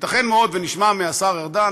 ייתכן מאוד שנשמע מהשר ארדן,